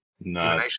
No